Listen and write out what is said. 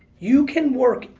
you can work,